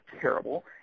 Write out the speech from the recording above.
terrible